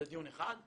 זה דיון אחד,